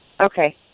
okay